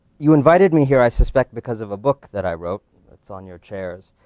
you invited me here, i suspect, because of a book that i wrote that's on your chairs.